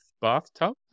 bathtub